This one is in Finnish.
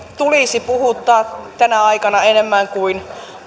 tulisi puhuttaa tänä aikana enemmän kuin